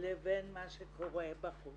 לבין מה שקורה בחוץ.